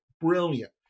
brilliant